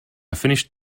finished